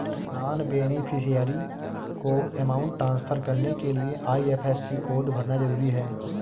non beneficiary को amount transfer करने के लिए आई.एफ.एस.सी कोड भरना जरूरी है